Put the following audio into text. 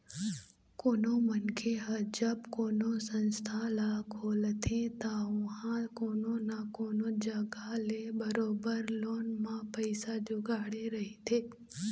कोनो मनखे ह जब कोनो संस्था ल खोलथे त ओहा कोनो न कोनो जघा ले बरोबर लोन म पइसा जुगाड़े रहिथे